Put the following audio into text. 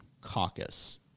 caucus